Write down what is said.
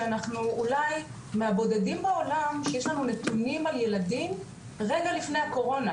שאנחנו אולי מהבודדים בעולם שיש לנו נתונים על ילדים רגע לפני הקורונה,